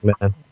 man